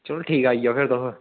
चलो ठीक ऐ फिर आई जाओ तुस